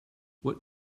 what